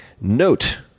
note